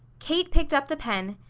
kate picked up the pen,